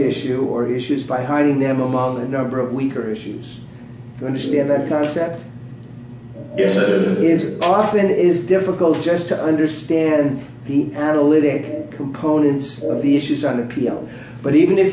issue or issues by hiding them among a number of weaker issues understand that concept is a is often it is difficult just to understand the analytic components of the issues on appeal but even if